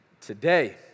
today